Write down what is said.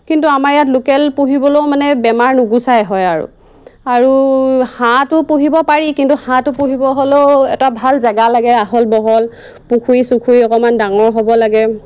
কিন্তু আমাৰ ইয়াত লোকেল পুহিবলৈও মানে বেমাৰ নুগুচাই হয় আৰু আৰু হাঁহটো পুহিব পাৰি কিন্তু হাঁহটো পুহিব হ'লেও এটা ভাল জেগা লাগে আহল বহল পুখুৰী চুখুৰী অকণমান ডাঙৰ হ'ব লাগে